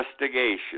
investigation